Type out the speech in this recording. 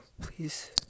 please